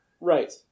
Right